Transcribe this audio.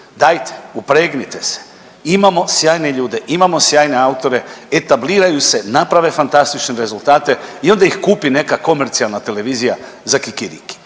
dajte upregnite se, imamo sjajne ljude, imamo sjajne autore, etabliraju se, naprave fantastične rezultate i onda ih kupi neka komercijalna televizija za kikiriki.